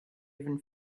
even